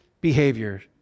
behavior